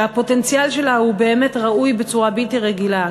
שהפוטנציאל שלה הוא באמת ראוי בצורה בלתי רגילה,